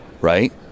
right